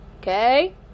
okay